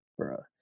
Bruh